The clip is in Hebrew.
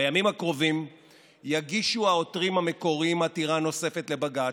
בימים הקרובים יגישו העותרים המקוריים עתירה נוספת לבג"ץ,